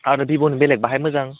आरो भिभ'नि बेलेग बाहाय मोजां